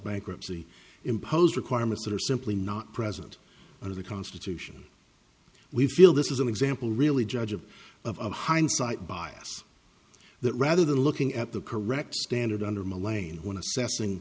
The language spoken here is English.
bankruptcy impose requirements that are simply not present under the constitution we feel this is an example really judge of of hindsight bias that rather than looking at the correct standard under my lane when